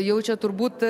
jau čia turbūt